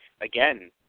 again